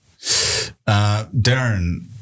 Darren